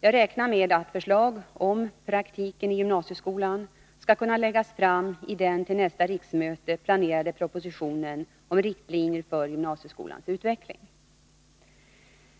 Jag räknar med att förslag om praktiken i gymnasieskolan skall kunna läggas fram i den till nästa riksmöte planerade propositionen om riktlinjer för gymnasieskolans utveckling.